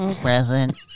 Present